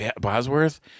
Bosworth